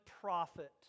prophet